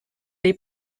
les